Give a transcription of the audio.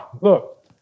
look